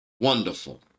wonderful